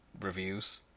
reviews